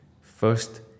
First